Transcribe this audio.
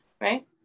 right